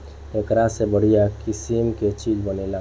एकरा से बढ़िया किसिम के चीज बनेला